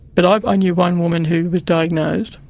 but i knew one woman who was diagnosed,